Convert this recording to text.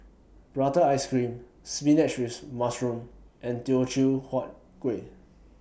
Prata Ice Cream Spinach with Mushroom and Teochew Huat Kueh